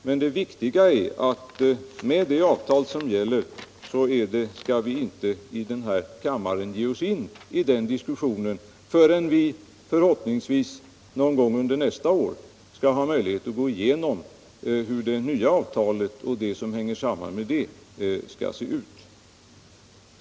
Men det viktiga är att om det avtal som gäller skall vi inte i den här kammaren ge oss in i diskussion förrän vi - förhoppningsvis någon gång under nästa år — har möjlighet att gå igenom hur det nya avtalet och det som hänger samman med detta skall se ut.